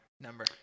number